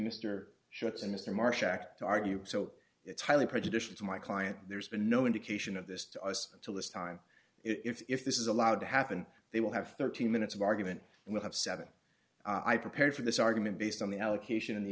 mr schultz and mr marsh act to argue so it's highly prejudicial to my client there's been no indication of this to us until this time if this is allowed to happen they will have thirteen minutes of argument and we'll have seven i prepared for this argument based on the allocation and the